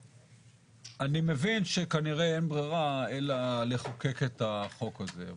אני מבין שכנראה אין ברירה אלא לחוקק את החוק הזה.